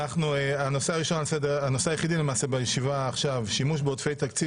הנושא בישיבה עכשיו הוא שימוש בעודפי תקציב